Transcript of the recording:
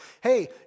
hey